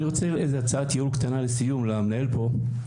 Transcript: אני רוצה הצעת ייעול קטנה לסיום, למנהל פה.